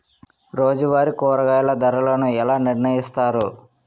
రోజువారి కూరగాయల ధరలను ఎలా నిర్ణయిస్తారు?